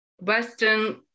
Western